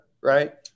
right